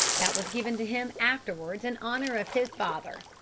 that was given to him afterwards in honour of his father.